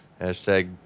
Hashtag